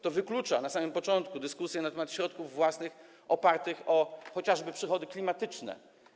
To wyklucza na samym początku dyskusję na temat środków własnych opartych chociażby na przychodach klimatycznych.